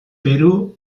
peru